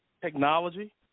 technology